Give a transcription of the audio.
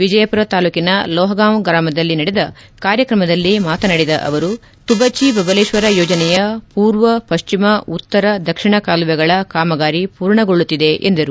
ವಿಜಯಪುರ ತಾಲೂಕಿನ ಲೋಪಗಾಂವ ಗ್ರಾಮದಲ್ಲಿ ನಡೆದ ಕಾರ್ಯಕ್ರಮದಲ್ಲಿ ಮಾತನಾಡಿದ ಅವರು ತುಬಚಿ ಬಬಲೇಶ್ವರ ಯೋಜನೆಯ ಪೂರ್ವ ಪಶ್ಚಿಮ ಉತ್ತರ ದಕ್ಷಿಣ ಕಾಲುವೆಗಳ ಕಾಮಗಾರಿ ಪೂರ್ಣಗೊಳ್ದುತ್ತಿದೆ ಎಂದರು